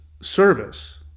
service